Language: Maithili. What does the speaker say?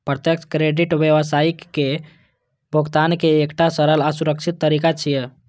प्रत्यक्ष क्रेडिट व्यावसायिक भुगतान के एकटा सरल आ सुरक्षित तरीका छियै